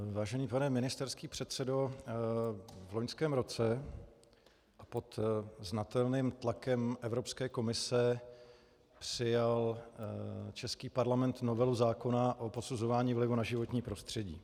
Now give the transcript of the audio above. Vážený pane ministerský předsedo, v loňském roce a pod znatelným tlakem Evropské komise přijal český parlament novelu zákona o posuzování vlivu na životní prostředí.